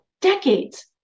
decades